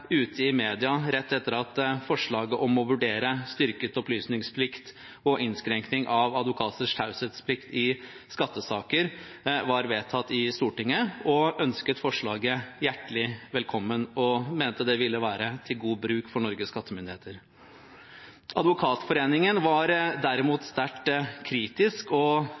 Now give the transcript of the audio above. ute i media rett etter at forslaget om å vurdere styrket opplysningsplikt og innskrenking av advokaters taushetsplikt i skattesaker var vedtatt i Stortinget, og ønsket forslaget hjertelig velkommen og mente det ville være til god bruk for Norges skattemyndigheter. Advokatforeningen var derimot sterkt kritisk og